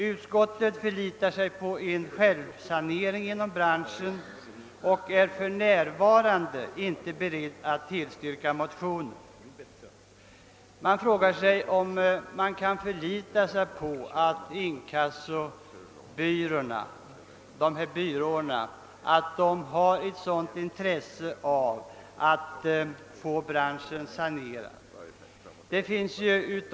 Emellertid förlitar sig utskottet på en självsanering inom branschen och är för närvarande inte berett att tillstyrka motionen. Kan man då förlita sig på att dessa inkassobyråer har intresse av att få branschen sanerad?